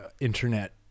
internet